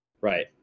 right